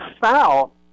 foul